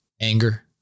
Anger